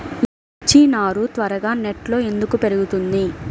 మిర్చి నారు త్వరగా నెట్లో ఎందుకు పెరుగుతుంది?